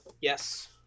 Yes